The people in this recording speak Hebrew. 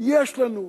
יש לנו,